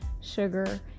sugar